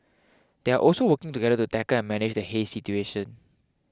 they are also working together to tackle and manage the haze situation